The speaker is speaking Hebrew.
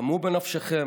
דמו בנפשכם,